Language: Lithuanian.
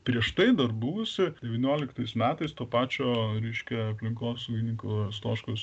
prieš tai dar buvusi devynioliktais metais to pačio reiškia aplinkosaugininko stoškaus